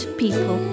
people